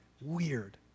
weird